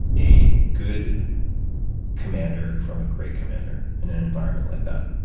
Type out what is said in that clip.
a good commander from a great commander in an environment like that?